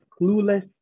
clueless